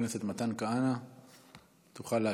אדוני היושב-ראש,